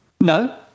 No